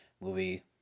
movie